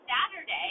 Saturday